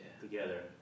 together